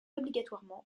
obligatoirement